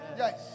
yes